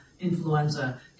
influenza